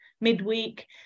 midweek